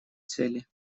цели